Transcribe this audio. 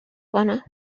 کنم